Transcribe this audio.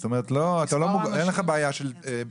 זאת אומרת, אין לך בעיה של מגבלות תקציב.